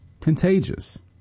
contagious